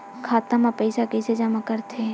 खाता म पईसा कइसे जमा करथे?